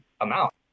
amount